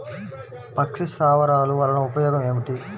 పక్షి స్థావరాలు వలన ఉపయోగం ఏమిటి?